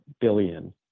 billion